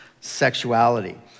sexuality